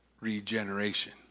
regeneration